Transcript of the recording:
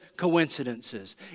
coincidences